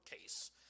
case